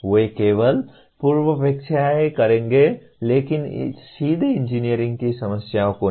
वे केवल पूर्वापेक्षाएँ करेंगे लेकिन सीधे इंजीनियरिंग की समस्याओं को नहीं